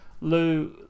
Lou